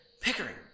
Pickering